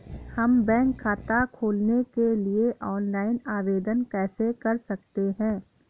हम बैंक खाता खोलने के लिए ऑनलाइन आवेदन कैसे कर सकते हैं?